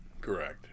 Correct